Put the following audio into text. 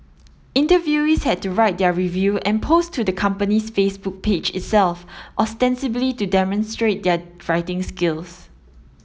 interviewees had to write their review and post to the company's Facebook page itself ostensibly to demonstrate their writing skills